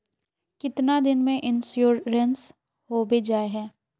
कीतना दिन में इंश्योरेंस होबे जाए है?